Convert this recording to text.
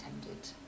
intended